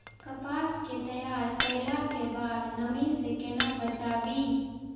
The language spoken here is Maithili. कपास के तैयार कैला कै बाद नमी से केना बचाबी?